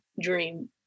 dream